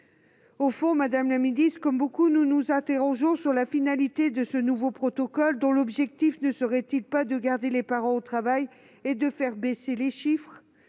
Au fond, madame la secrétaire d'État, comme beaucoup, nous nous interrogeons sur la finalité de ce nouveau protocole : son objectif ne serait-il pas de garder les parents au travail et de faire baisser les chiffres ?